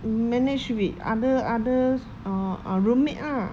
manage with other others uh uh roommate lah